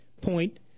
point